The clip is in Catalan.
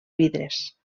vidres